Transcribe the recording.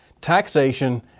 Taxation